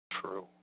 True